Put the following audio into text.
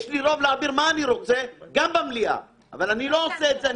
יש לי רוב להעביר מה שאני רוצה גם במליאה אבל אני לא עושה את זה,